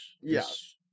yes